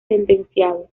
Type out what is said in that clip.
sentenciado